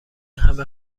همه